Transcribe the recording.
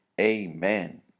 Amen